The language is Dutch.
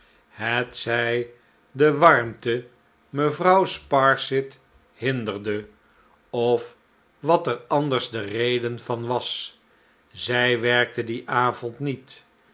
hetzij de warmte mevrouw sparsit hinderde of wat er anders de reden van was zij werkte dien avond niet